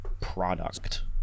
product